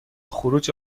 خروج